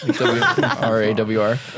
R-A-W-R